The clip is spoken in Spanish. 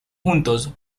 juntos